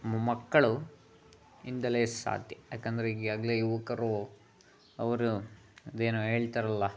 ಮೊ ಮಕ್ಕಳು ಇಂದಲೇ ಸಾಧ್ಯ ಯಾಕಂದರೆ ಈಗಾಗಲೇ ಯುವಕರು ಅವರು ಅದೇನೋ ಹೇಳ್ತಾರಲ್ಲ